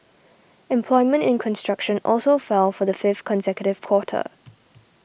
employment in construction also fell for the fifth consecutive quarter